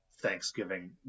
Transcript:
Thanksgiving